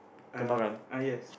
uh ah yes